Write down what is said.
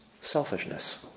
selfishness